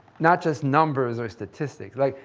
not just numbers or statistics. like,